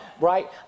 right